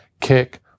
kick